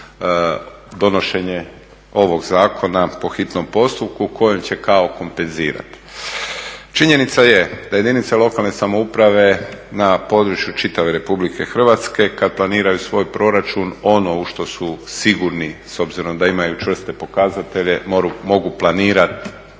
donošenje ovog zakona po hitnom postupku u kojem će kao kompenzirati. Činjenica je da jedinice lokalne samouprave na području čitave RH kad planiraju svoj proračun, ono u što su sigurni s obzirom da imaju čvrste pokazatelje, mogu planirati